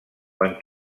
quan